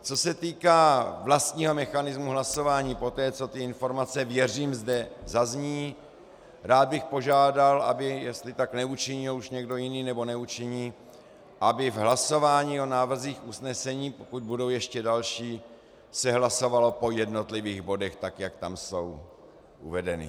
Co se týká vlastního mechanismu hlasování poté, co ty informace, věřím, zde zazní, rád bych požádal, aby, jestli tak neučinil už někdo jiný, nebo neučiní, aby se v hlasování o návrzích usnesení, pokud budou ještě další, hlasovalo po jednotlivých bodech, tak jak tam jsou uvedeny.